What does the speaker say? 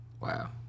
wow